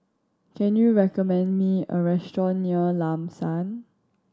can you recommend me a restaurant near Lam San